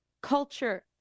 culture